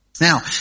Now